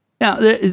Now